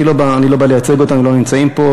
אני לא בא לייצג אותם, הם לא נמצאים פה.